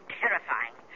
terrifying